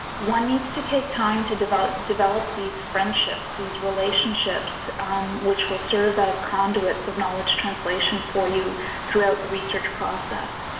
one needs to take time to develop develop these friendships, these relationships which will serve as conduits of knowledge translation for you throughout the research process.